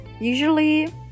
usually